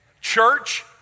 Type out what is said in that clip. Church